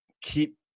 keep